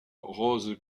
rose